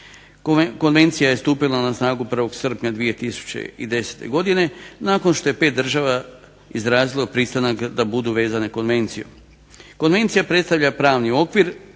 Konvencija je stupila na snagu 1. srpnja 2010. godine nakon što je pet država izrazilo pristanak da budu vezane konvencijom. Konvencija predstavlja pravni okvir